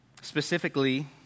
Specifically